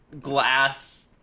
glass